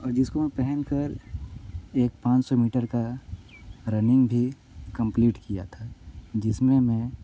और जिसको पहनकर एक पाँच सौ मीटर का रनिंग भी कम्पलीट किया था जिसमें मैं